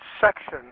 section